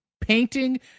painting